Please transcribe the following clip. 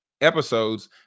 episodes